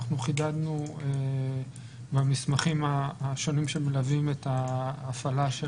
אנחנו חידדנו במסמכים השונים שמלווים את ההפעלה של